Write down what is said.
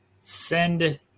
send